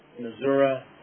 Missouri